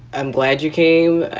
i'm glad you came.